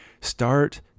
Start